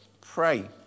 Pray